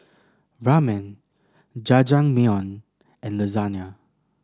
Ramen Jajangmyeon and Lasagne